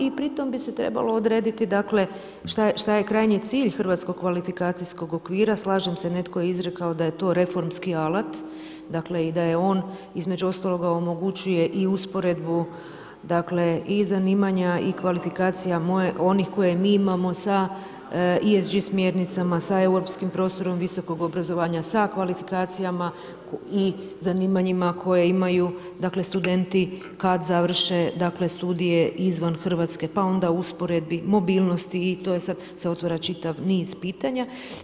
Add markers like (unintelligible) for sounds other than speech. I pritom bi se trebalo odrediti šta je krajnji cilj Hrvatskog kvalifikacijskog okvira, slažem se, netko je izrekao da je to reformski alat i da on između ostaloga omogućuje i usporedbu i zanimanja i kvalifikacije onih koje mi imamo sa … (unintelligible) sa europskim prostorom visokog obrazovanja, sa kvalifikacijama i zanimanjima koje imaju studenti kad završe studije izvan Hrvatske pa onda usporedbi mobilnosti i tu se sad otvara čitav niz pitanja.